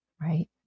Right